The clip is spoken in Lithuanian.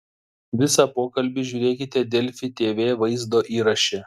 visą pokalbį žiūrėkite delfi tv vaizdo įraše